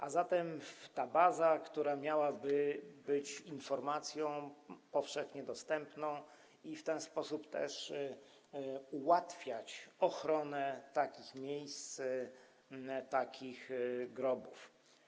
A zatem ta baza miałaby zawierać informacje powszechnie dostępne i w ten sposób też ułatwiać ochronę takich miejsc, takich grobów.